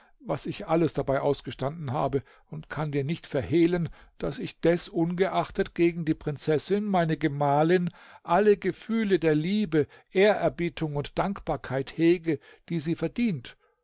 was ich alles dabei ausgestanden habe und kann dir nicht verhehlen daß ich desungeachtet gegen die prinzessin meine gemahlin alle gefühle der liebe ehrerbietung und dankbarkeit hege die sie verdient